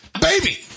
baby